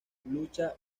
lucha